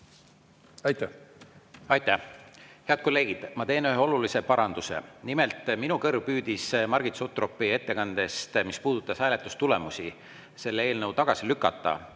Aitäh! Aitäh! Head kolleegid, ma teen ühe olulise paranduse. Nimelt, minu kõrv püüdis Margit Sutropi ettekandest, [kui ta nimetas] hääletustulemusi selle eelnõu tagasilükkamiseks,